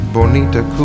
Bonita